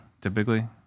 typically